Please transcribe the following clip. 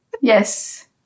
Yes